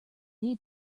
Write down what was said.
need